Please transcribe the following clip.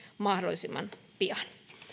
mahdollisimman pian